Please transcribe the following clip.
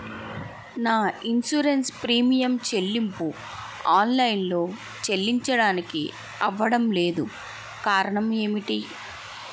నా insurance premium చెల్లింపు online లో చెల్లించడానికి అవ్వడం లేదు కారణం ఏమిటి?